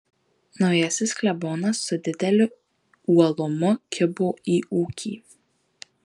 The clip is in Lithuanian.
naujasis klebonas su dideliu uolumu kibo į ūkį